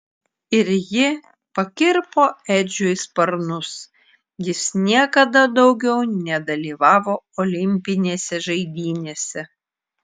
ir ji pakirpo edžiui sparnus jis niekada daugiau nedalyvavo olimpinėse žaidynėse